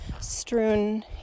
strewn